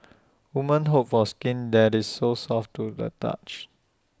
woman hope for skin that is so soft to the touch